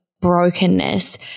brokenness